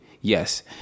Yes